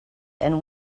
and